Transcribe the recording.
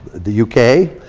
the u k.